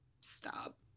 stop